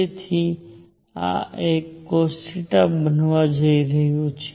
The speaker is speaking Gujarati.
તેથી આ એક cosθ બનવા જઈ રહ્યું છે